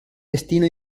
destino